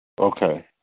Okay